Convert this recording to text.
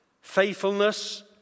faithfulness